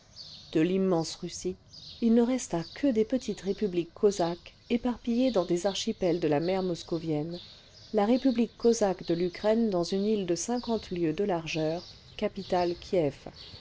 de l'immense russie il ne resta que des petites républiques cosaques éparpillées dans les archipels de la mer moscovienne la république cosaque de l'ukraine dans une île de cinquante lieues dé largeur capitale kiew